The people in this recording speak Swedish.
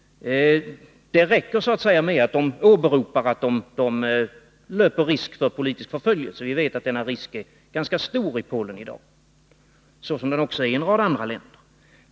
Det räcker med att de åberopar att de löper risk för politisk förföljelse, eftersom vi vet att denna risk i dag är ganska stor i Polen liksom den är i en rad andra länder.